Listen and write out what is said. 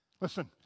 Listen